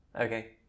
okay